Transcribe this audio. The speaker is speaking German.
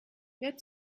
wer